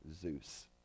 Zeus